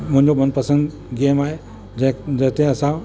मुंहिंजो मनपसंद गेम आहे जंहिंते असां